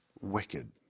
wicked